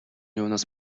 юунаас